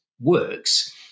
works